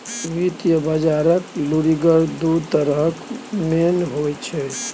वित्तीय बजारक लुरिगर दु तरहक मेन होइ छै